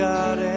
God